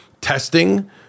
testing